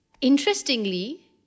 interestingly